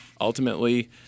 Ultimately